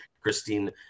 Christine